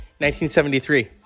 1973